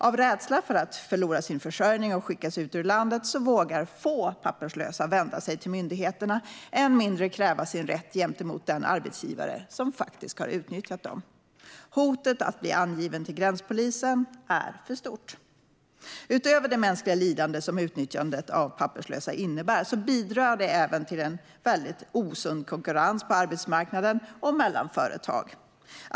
Av rädsla för att förlora sin försörjning och skickas ut ur landet vågar få papperslösa vända sig till myndigheterna och än mindre kräva sin rätt gentemot den arbetsgivare som utnyttjar dem. Hotet att bli angiven till gränspolisen är för stort. Utöver det mänskliga lidande som utnyttjandet av papperslösa innebär bidrar det även till en osund konkurrens på arbetsmarknaden och mellan företag.